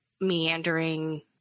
meandering